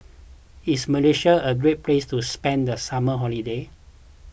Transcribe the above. is Malaysia a great place to spend the summer holiday